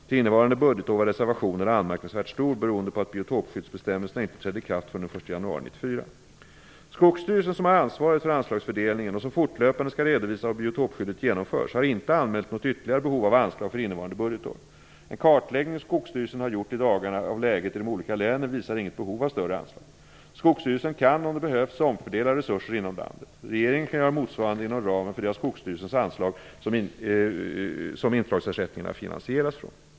Till innevarande budgetår var reservationen anmärkningsvärt stor, beroende på att biotopskyddsbestämmelserna inte trädde i kraft förrän den 1 januari 1994. Skogsstyrelsen, som har ansvaret för anslagsfördelningen och som fortlöpande skall redovisa hur biotopskyddet genomförs, har inte anmält något ytterligare behov av anslag för innevarande budgetår. En kartläggning som Skogsstyrelsen har gjort i dagarna av läget i de olika länen visar inget behov av större anslag. Skogsstyrelsen kan, om det behövs, omfördela resurser inom landet. Regeringen kan göra motsvarande inom ramen för det av Skogsstyrelsens anslag som intrångsersättningarna finansieras från.